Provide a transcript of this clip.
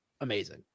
amazing